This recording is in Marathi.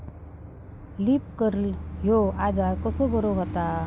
लीफ कर्ल ह्यो आजार कसो बरो व्हता?